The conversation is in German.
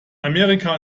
amerika